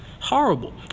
Horrible